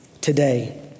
today